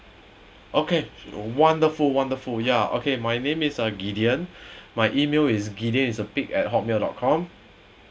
okay wonderful wonderful ya okay my name is uh gideon my email is gideon is a pig at hotmail dot com